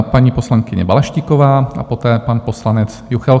Paní poslankyně Balaštíková a poté pan poslanec Juchelka.